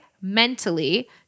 mentally